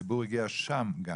הציבור הגיע גם לשם.